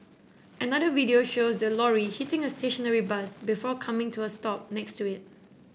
another video shows the lorry hitting a stationary bus before coming to a stop next to it